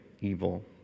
evil